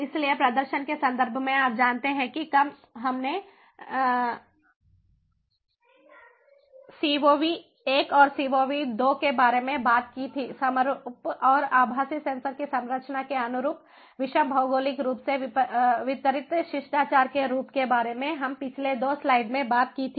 इसलिए प्रदर्शन के संदर्भ में आप जानते हैं कि कब हमने CoV I और CoV II के बारे में बात की थी समरूप और आभासी सेंसर की संरचना के अनुरूप विषम भौगोलिक रूप से वितरित शिष्टाचार के रूप के बारे में हम पिछले 2 स्लाइड में बात की थी